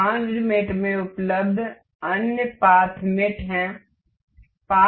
advanced मेट में उपलब्ध अन्य पाथ मेट है